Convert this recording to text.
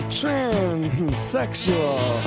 transsexual